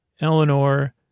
Eleanor